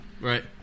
Right